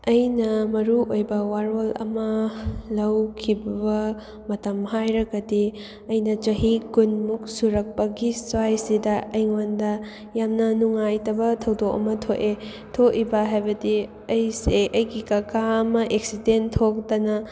ꯑꯩꯅ ꯃꯔꯨ ꯑꯣꯏꯕ ꯋꯥꯔꯣꯜ ꯑꯃ ꯂꯧꯈꯤꯕ ꯃꯇꯝ ꯍꯥꯏꯔꯒꯗꯤ ꯑꯩꯅ ꯆꯍꯤ ꯀꯨꯟꯃꯨꯛ ꯁꯨꯔꯛꯄꯒꯤ ꯁ꯭ꯋꯥꯏꯁꯤꯗ ꯑꯩꯉꯣꯟꯗ ꯌꯥꯝꯅ ꯅꯨꯡꯉꯥꯏꯇꯕ ꯊꯧꯗꯣꯛ ꯑꯃ ꯊꯣꯛꯑꯦ ꯊꯣꯛꯏꯕ ꯍꯥꯏꯕꯗꯤ ꯑꯩꯁꯦ ꯑꯩꯒꯤ ꯀꯀꯥ ꯑꯃ ꯑꯦꯛꯁꯤꯗꯦꯟ ꯊꯣꯛꯇꯅ